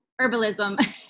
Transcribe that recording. herbalism